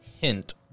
hint